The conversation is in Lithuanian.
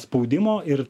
spaudimo ir